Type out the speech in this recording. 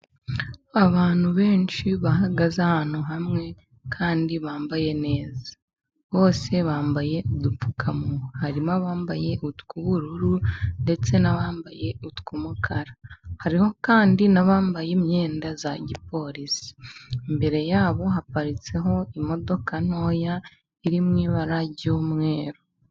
Abantu benshi bahagaze ahantu hamwe kandi bambaye neza. Bose bambaye udupfukamunwa. Harimo abambaye utw'ubururu ndetse n'abambaye utw'umukara . Hariho kandi n'abambaye imyenda ya gipolisi . Imbere yabo haparitse imodoka ntoya iri mu ibara ry'umweru.